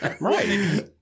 Right